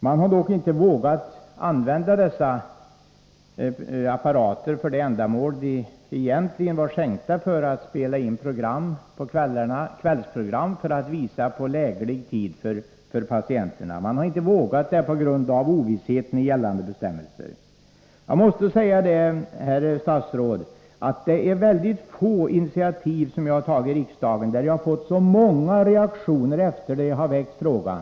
Man har på grund av oklarheten i gällande bestämmelser inte vågat använda dessa apparater för det ändamål som de egentligen var tänkta för, dvs. att spela in kvällsprogram för visning på läglig tid för patienterna. Jag har, herr statsråd, i mycket få av de fall där jag tagit initiativ i riksdagen fått så många reaktioner som jag erhållit efter det att jag har väckt denna fråga.